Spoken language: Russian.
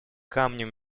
камнем